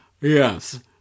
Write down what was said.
yes